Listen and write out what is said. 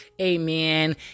Amen